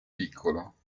piccolo